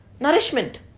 Nourishment